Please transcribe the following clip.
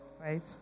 Right